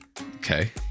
Okay